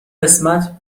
قسمت